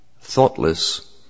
thoughtless